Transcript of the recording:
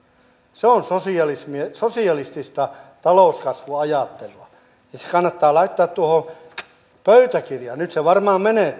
se on sosialistista talouskasvuajattelua ja se kannattaa laittaa tuohon pöytäkirjaan nyt se varmaan menee